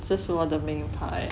这是我的名牌